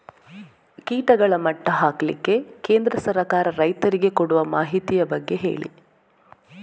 ಕೀಟಗಳ ಮಟ್ಟ ಹಾಕ್ಲಿಕ್ಕೆ ಕೇಂದ್ರ ಸರ್ಕಾರ ರೈತರಿಗೆ ಕೊಡುವ ಮಾಹಿತಿಯ ಬಗ್ಗೆ ಹೇಳಿ